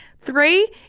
three